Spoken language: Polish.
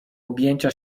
objęcia